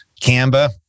Canva